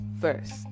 first